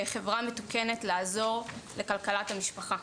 בחברה מתוקנת לעזור בכלכלת המשפחה.